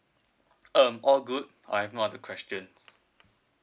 um all good I have no other questions